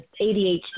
ADHD